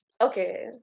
okay